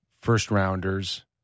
first-rounders